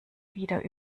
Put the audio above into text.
wieder